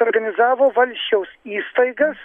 organizavo valsčiaus įstaigas